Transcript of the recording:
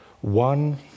One